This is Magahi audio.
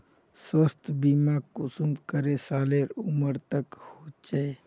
स्वास्थ्य बीमा कुंसम करे सालेर उमर तक होचए?